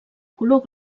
color